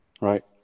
Right